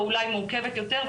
או אולי מורכבת יותר,